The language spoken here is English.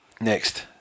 Next